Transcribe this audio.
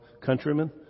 countrymen